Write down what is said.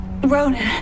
Ronan